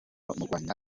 abamurwanya